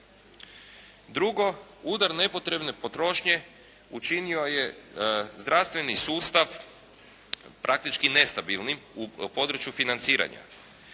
Drugo, udar nepotrebne potrošnje učinio je zdravstveni sustav praktički nestabilnim u području financiranja.